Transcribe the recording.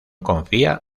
confía